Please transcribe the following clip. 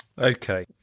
Okay